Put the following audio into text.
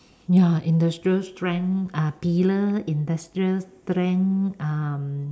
ya industrial strength uh pillar industrial strength um